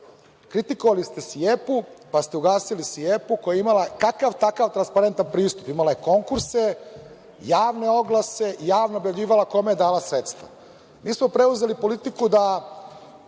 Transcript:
Kritkovali ste SIEPA, pa ste ugasili SIEPA koja je imala kakav takav transparentan pristup. Imala je konkurse, javne oglase i javno objavljivala kome je dala sredstva. Mi smo preuzeli politiku da